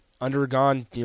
undergone